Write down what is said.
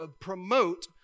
promote